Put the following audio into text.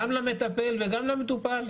גם למטפל וגם למטופל.